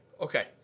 Okay